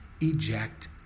eject